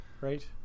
Right